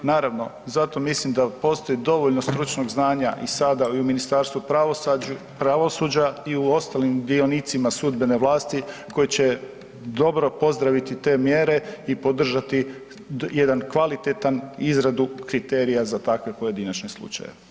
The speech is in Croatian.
Naravno zato mislim da postoji dovoljno stručnog znanja i sada i u Ministarstvu pravosuđa i u ostalim dionicima sudbene vlasti koji će dobro pozdraviti te mjere i podržati jedan kvalitetan izradu kriterija za takve pojedinačne slučajeve.